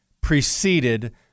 preceded